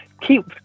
keep